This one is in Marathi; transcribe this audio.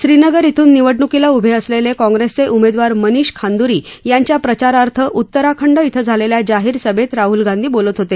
श्रीनगर श्रीन निवडणुकीला उभे असलेले काँग्रेसचे उमेदवार मनीष खांदुरी यांच्या प्रचारार्थ उत्तराखंड क्वें झालेल्या जाहीरसभेत राहूल गांधी बोलत होते